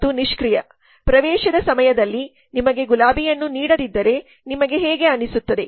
ಮತ್ತು ನಿಷ್ಕ್ರಿಯ ಪ್ರವೇಶದ ಸಮಯದಲ್ಲಿ ನಿಮಗೆ ಗುಲಾಬಿಯನ್ನು ನೀಡದಿದ್ದರೆ ನಿಮಗೆ ಹೇಗೆ ಅನಿಸುತ್ತದೆ